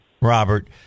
robert